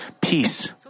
Peace